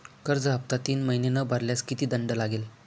कर्ज हफ्ता तीन महिने न भरल्यास किती दंड लागेल?